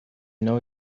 know